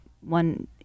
one